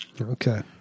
Okay